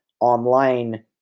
online